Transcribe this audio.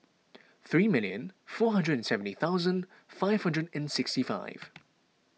three million four hundred and seventy thousand five hundred and sixty five